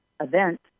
event